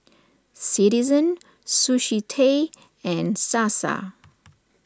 Citizen Sushi Tei and Sasa